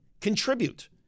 Contribute